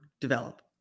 develop